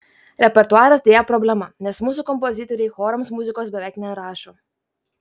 repertuaras deja problema nes mūsų kompozitoriai chorams muzikos beveik nerašo